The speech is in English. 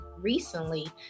recently